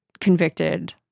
convicted